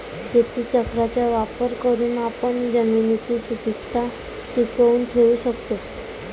शेतीचक्राचा वापर करून आपण जमिनीची सुपीकता टिकवून ठेवू शकतो